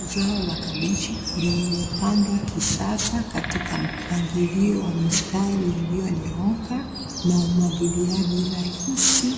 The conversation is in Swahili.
Zao la kabichi lililopandwa kisasa katika mpangilio wa mistari iliyonyooka na umwagiliaji rahisi